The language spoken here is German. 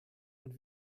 und